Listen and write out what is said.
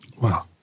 Wow